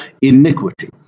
iniquity